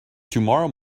tomorrow